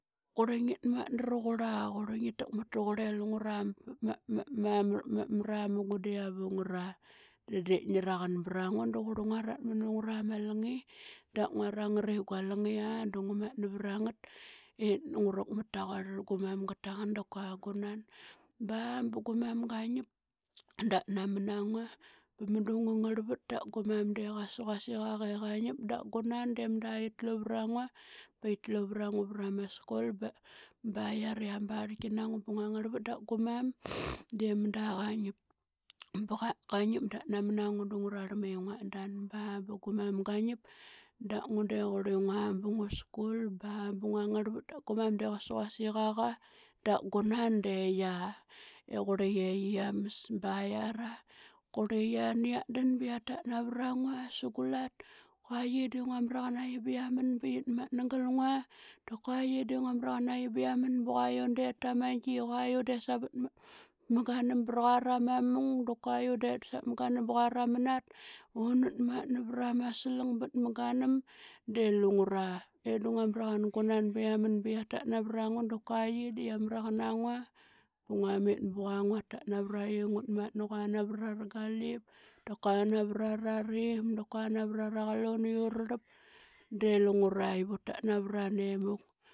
Qrlangit matna ruqrla qrlingi takmat tuqrla. Lungra ramugun dia ma vungra de raqn brangua duqrla nguarat mnlungra malngi da nguarangt ingua lngia. Tngrqmat taqurl gumam gtaqn. Ba bungamam qainip da namnangua ba mdu ngua ngarvat da gumam de quasiqaqa inaqasa qa niap da gunan de mda yitlu vrangua vrama skul baia ra yia ma barqi nangua bngua ngarvat da gumam de mda qanip bqa nip da namna ngua dungrarl me nguatdan. Ba buguman qainap da ngua de qrlingua bngu skul ba bngua ngnarl vat Da ngu mam de quasika qa da ngunan de yia i qrlie yiams ba yiara. Qrlie niat dan bia tatna vrangua sngulat, qua yie de qrli yie niatdan biatat navrangua sngulat. Qua yie de ngua mraquaqi biamn biat matna galngua, da qua yie biamn bqua iundet tamaingi, bqnaiun det savt mganm bquara mamung, daqua yiun det savt mgarm bquara mnat unat mtna vrama slang bat mganm de lungra. Edngna mraqan ngnnan biamn biatat navrangua da qua yie de yia mraqna ngua bngnamit bqua nguatat noivraqi. Ngut matna qua navra ragalip, da qua navrara rim da qna navrara qlun iurlap de lungra ivutat navrane muk.